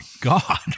God